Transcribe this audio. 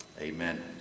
Amen